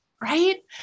right